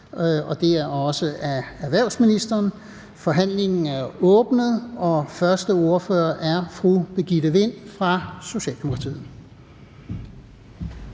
næstformand (Lars-Christian Brask): Forhandlingen er åbnet. Første ordfører er fru Birgitte Vind fra Socialdemokratiet.